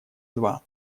два